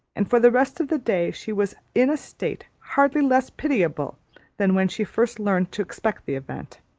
and for the rest of the day, she was in a state hardly less pitiable than when she first learnt to expect the event.